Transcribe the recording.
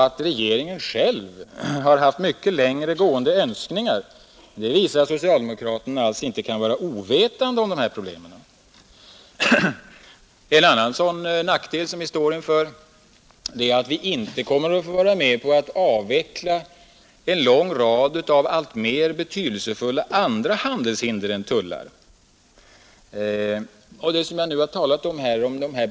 Att regeringen själv har haft mycket längre gående önskningar visar att socialdemokraterna inte alls kan vara ovetande om dessa problem. En annan nackdel som vi står inför är att vi inte kommer att få vara med om att avveckla en lång rad av alltmer betydelsefulla andra handelshinder än tullar.